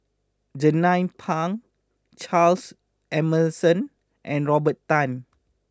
Jernnine Pang Charles Emmerson and Robert Tan